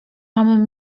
mam